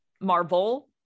Marvel